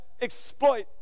Exploit